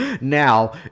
now